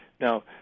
Now